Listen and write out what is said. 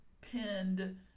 pinned